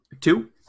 Two